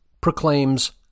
proclaims